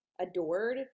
adored